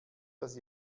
das